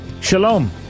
Shalom